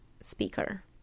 speaker